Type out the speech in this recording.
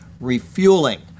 refueling